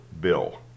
bill